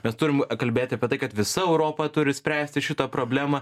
mes turim a kalbėti apie tai kad visa europa turi spręsti šitą problemą